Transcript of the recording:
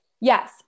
Yes